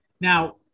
Now